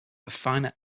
finite